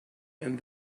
and